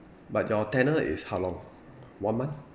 but your tenure is how long one month